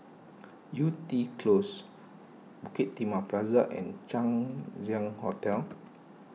Yew Tee Close Bukit Timah Plaza and Chang Ziang Hotel